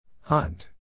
Hunt